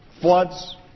floods